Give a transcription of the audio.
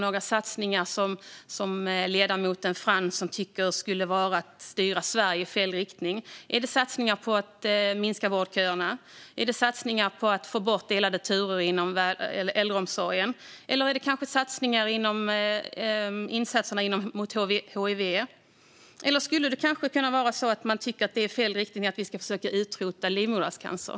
Vilka satsningar är det som ledamoten Fransson tycker skulle vara att styra Sverige i fel riktning? Är det satsningar på att minska vårdköerna? Är det satsningar på att få bort delade turer inom äldreomsorgen? Är det kanske insatserna mot hiv? Skulle det kanske kunna vara så att man tycker att det är att gå i fel riktning att försöka utrota livmoderhalscancer?